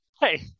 hey